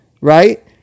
right